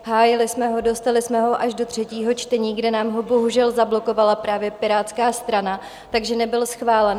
Hájili jsme ho, dostali jsme ho až do třetího čtení, kde nám ho bohužel zablokovala právě Pirátská strana, takže nebyl schválen.